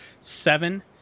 seven